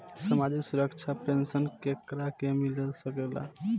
सामाजिक सुरक्षा पेंसन केकरा के मिल सकेला?